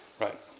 right